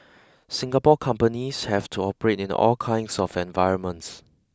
Singapore companies have to operate in all kinds of environments